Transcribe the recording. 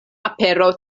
apero